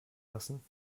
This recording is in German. lassen